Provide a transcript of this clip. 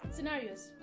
Scenarios